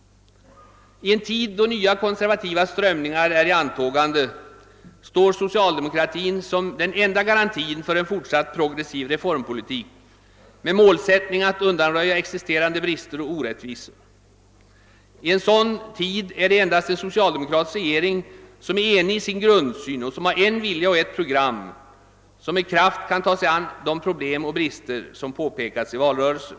I en tid då nya konservativa strömningar är i antågande står socialdemokratin som den enda garanten för en fortsatt progressiv reformpolitik med målsättningen att undanröja existerande brister och orättvisor. I en sådan tid är det endast en socialdemokratisk regering som är enig i sin grundsyn, som har en vilja och ett program, som med kraft kan ta sig an de problem och brister som påpekades i valrörelsen.